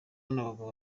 n’abagabo